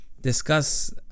discuss